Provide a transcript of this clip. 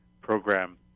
program